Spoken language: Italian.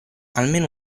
almeno